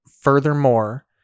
furthermore